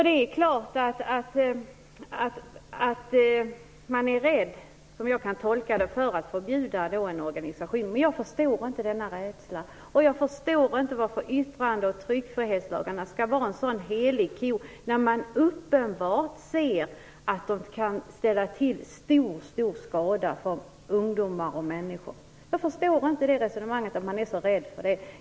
Det är klart att man är rädd, som jag kan tolka det, för att förbjuda en organisation, men jag förstår inte denna rädsla. Jag förstår inte heller varför yttrandeoch tryckfrihetslagarna skall vara en sådan helig ko när man uppenbart ser att dessa organisationer kan ställa till stor skada för ungdomar och andra människor. Jag förstår inte resonemanget och att man är så rädd för det.